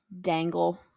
dangle